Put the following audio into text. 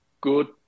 good